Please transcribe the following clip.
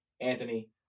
Anthony